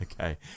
Okay